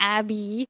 Abby